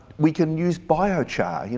we can use biochar. ah you know